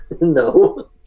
No